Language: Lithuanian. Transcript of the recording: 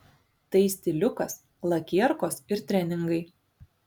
tai stiliukas lakierkos ir treningai